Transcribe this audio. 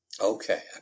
Okay